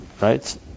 right